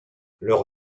leur